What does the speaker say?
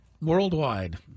Worldwide